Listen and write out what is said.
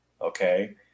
Okay